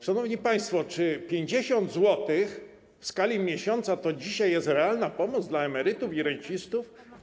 Szanowni państwo, czy 50 zł w skali miesiąca to dzisiaj jest realna pomoc dla emerytów i rencistów?